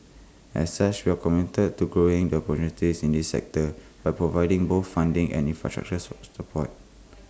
as such we are committed to growing the opportunities in this sector by providing both funding and infrastructure support